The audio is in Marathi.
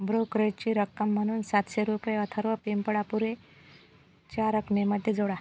ब्रोकरेजची रक्कम म्हणून सातशे रुपये अथर्व पिंपळापुरे च्या रकमेमध्ये जोडा